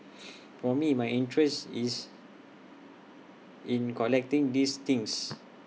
for me my interest is in collecting these things